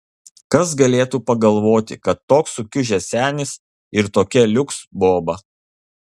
kas galėtų pagalvoti kad toks sukiužęs senis ir tokia liuks boba